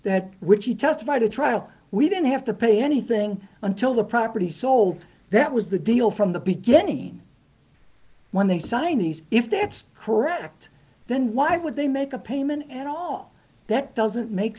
that which he testified at trial we didn't have to pay anything until the property sold that was the deal from the beginning when they signed these if that's correct then why would they make a payment at all that doesn't make